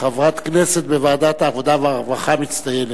חברת כנסת בוועדת העבודה והרווחה, מצטיינת.